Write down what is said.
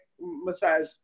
massage